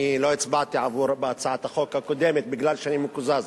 אני לא הצבעתי בהצעת החוק הקודמת מפני שאני מקוזז.